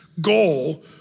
goal